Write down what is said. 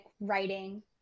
writing